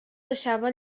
deixava